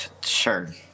Sure